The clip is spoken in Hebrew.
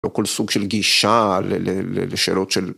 לו-כל סוג של גישה ל-ל-לשאלות של